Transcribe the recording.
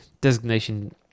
designation